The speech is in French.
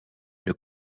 une